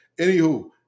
Anywho